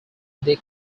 they